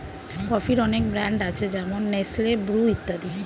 কফির অনেক ব্র্যান্ড আছে যেমন নেসলে, ব্রু ইত্যাদি